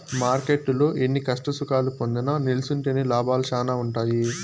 మార్కెట్టులో ఎన్ని కష్టసుఖాలు పొందినా నిల్సుంటేనే లాభాలు శానా ఉంటాయి